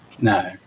no